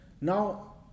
Now